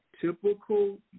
typical